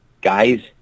guys